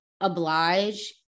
oblige